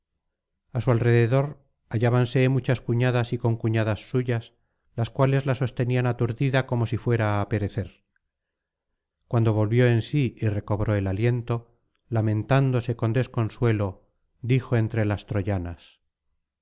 a su alrededor hallábanse muchas cuñadas y concuñadas suyas las cuales la sostenían aturdida como si fuera á perecer cuando volvió en sí y recobró el aliento lamentándose con desconsuelo dijo entre las troyanas